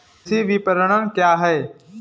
कृषि विपणन क्या है?